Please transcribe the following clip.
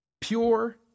Pure